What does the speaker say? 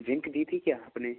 zinc दी थी क्या आपने